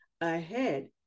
ahead